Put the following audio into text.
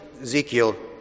Ezekiel